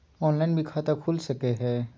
Online भी खाता खूल सके हय?